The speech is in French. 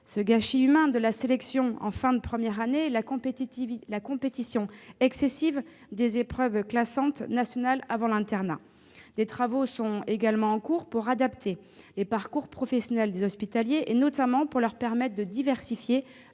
le gâchis humain de la sélection en fin de première année et la compétition excessive des épreuves classantes nationales avant l'internat. Des travaux sont également en cours pour adapter les parcours professionnels des hospitaliers, notamment afin de leur permettre de diversifier